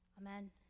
Amen